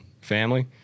family